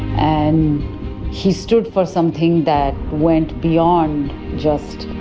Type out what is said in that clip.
and he stood for something that went beyond just